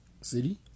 City